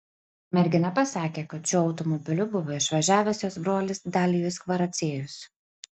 mergina pasakė kad šiuo automobiliu buvo išvažiavęs jos brolis dalijus kvaraciejus